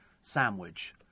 sandwich